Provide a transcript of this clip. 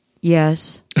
yes